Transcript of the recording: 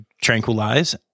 tranquilize